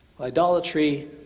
Idolatry